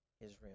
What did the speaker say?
Israel